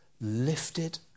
lifted